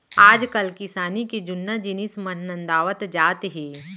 आजकाल किसानी के जुन्ना जिनिस मन नंदावत जात हें